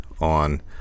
On